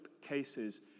cases